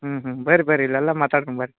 ಹ್ಞೂ ಹ್ಞೂ ಬರ್ರಿ ಬರ್ರಿ ಇಲ್ಲೆಲ್ಲ ಮಾತಾಡ್ಕೊನ್ ಬರ್ರಿ